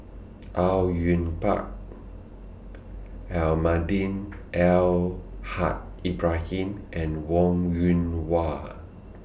Au Yue Pak Almahdi Al Haj Ibrahim and Wong Yoon Wah